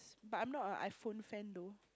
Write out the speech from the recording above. but I'm not a iPhone fan though